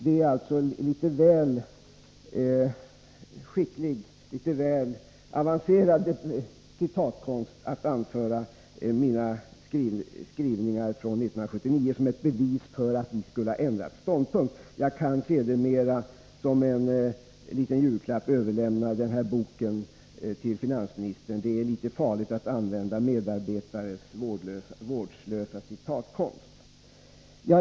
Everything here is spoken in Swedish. Det är alltså en litet väl avancerad citatkonst när finansministern anför mina skrivningar från 1979 som ett bevis för att vi skulle ha ändrat ståndpunkt. Jag kan sedermera som en liten julklapp överlämna den här boken till finansministern. Det är litet farligt att använda medarbetarnas vårdslösa citatkonst.